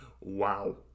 wow